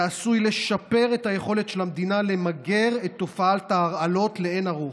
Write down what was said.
שעשוי לשפר את היכולת של המדינה למגר את תופעת ההרעלות לאין ערוך.